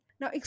Now